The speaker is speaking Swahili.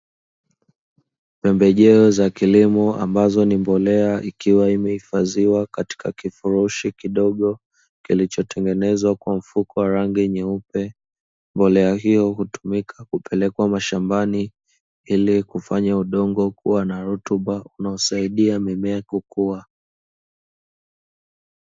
Pembejeo za kilimo ambazo ni mbolea zikiwa zimehifadhiwa katika kifurushi kidogo kilichotengenezwa kwa mfuko wa rangi nyeupe. Mbolea hizo hutumika kupelekwa mashambani ili kufanya udongo kuwa na tutuba inayosaidia mimea kukua.